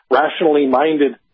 rationally-minded